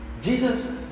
Jesus